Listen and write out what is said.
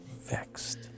Vexed